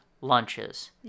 lunches